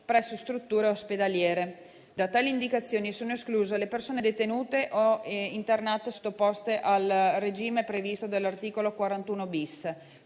presso strutture ospedaliere. Da tali indicazioni sono escluse le persone detenute o internate sottoposte al regime previsto dall'articolo 41*-bis*